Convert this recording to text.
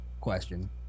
question